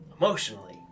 emotionally